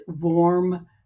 warm